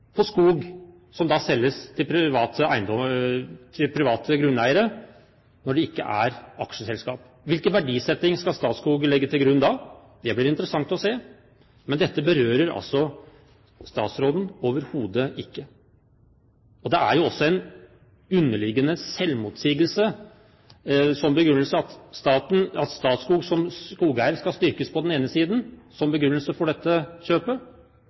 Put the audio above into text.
på skog som selges til private grunneiere, når det ikke er aksjeselskap. Hvilken verdisetting skal Statskog legge til grunn da? Det blir interessant å se. Men dette berører statsråden overhodet ikke. Det er jo også en underliggende selvmotsigelse at begrunnelsen for kjøpet er at Statskog som skogeier på den ene siden skal styrkes, mens man også begrunner det med at det skal styrke lokale skogeiere. Dette